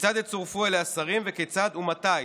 כיצד יצורפו אליה שרים וכיצד ומתי